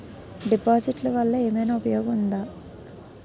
డిపాజిట్లు వల్ల ఏమైనా ఉపయోగం ఉందా?